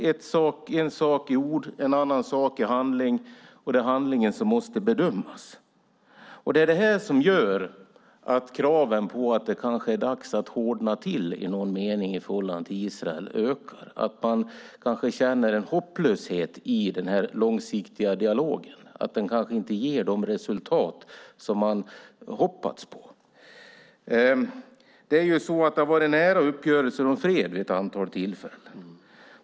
Det är en sak i ord och en sak i handling, och det är handlingen som måste bedömas. Det är detta som gör att kraven på att det kanske är dags att i någon mening hårdna till i förhållande till Israel ökar. Man känner en hopplöshet inför den långsiktiga dialogen; den kanske inte ger de resultat man hade hoppats på. Det har varit nära uppgörelser om fred vid ett antal tillfällen.